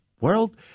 world